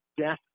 death